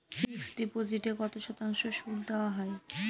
Fixed ডিপোজিটে কত শতাংশ সুদ দেওয়া হয়?